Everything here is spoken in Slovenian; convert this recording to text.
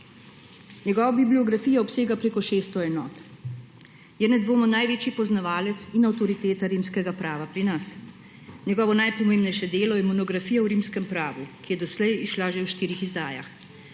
Njegova bibliografija obsega preko 600 enot. Je nedvomno največji poznavalec in avtoriteta rimskega prava pri nas. Njegovo najpomembnejše delo je monografija Rimsko pravo, ki je doslej izšla že v štirih izdajah.